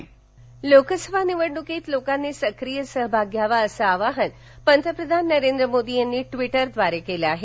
पंतप्रधान लोकसभा निवडणूकीत लोकांनी सक्रीय सहभाग घ्यावा असं आवाहन पंतप्रधान नरेंद्र मोदी यांनी ट्विटरद्वारे केलं आहे